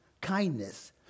kindness